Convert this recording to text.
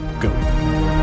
Go